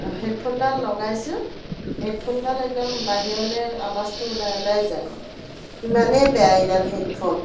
অঁ হেডফোনডাল লগাইছোঁ হেডফোনডাল একদম বাহিৰলৈ আৱাজটো ওলাই ওলাই যায় ইমানেই বেয়া এইডাল হেডফোন